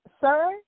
sir